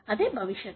ఇది భవిష్యత్తు